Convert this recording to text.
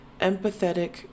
Empathetic